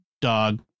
dog